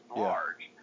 large